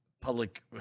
public